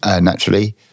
naturally